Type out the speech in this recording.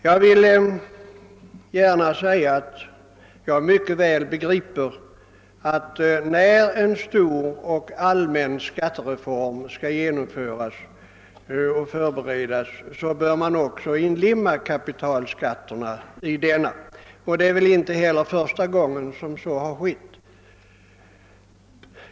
Jag förstår mycket väl att när en stor och allmän skattereform skall genomföras och förberedas bör man också inlemma kapitalskatterna, och det är väl inte heller första gången som det har skett.